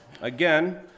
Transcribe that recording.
again